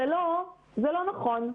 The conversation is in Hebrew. זה לא נכון.